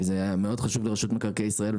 וזה היה מאוד חשוב לרשות מקרקעי ישראל,